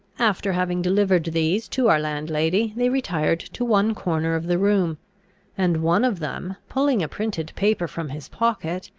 after having delivered these to our landlady, they retired to one corner of the room and, one of them pulling a printed paper from his pocket,